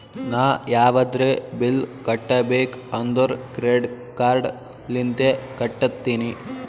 ನಾ ಯಾವದ್ರೆ ಬಿಲ್ ಕಟ್ಟಬೇಕ್ ಅಂದುರ್ ಕ್ರೆಡಿಟ್ ಕಾರ್ಡ್ ಲಿಂತೆ ಕಟ್ಟತ್ತಿನಿ